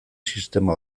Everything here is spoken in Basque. sistema